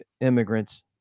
immigrants